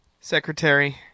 Secretary